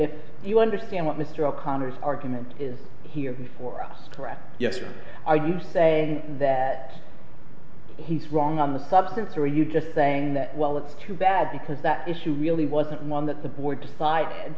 if you understand what mr o'connor's argument is here for us to act yes or are you saying that he's wrong on the substance or you just thing that well it's too bad because that issue really wasn't one that the board five and